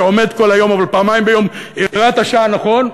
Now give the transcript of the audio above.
שעומד כל היום אבל פעמיים ביום הראה את השעה נכון,